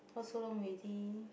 talk so long ready